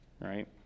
right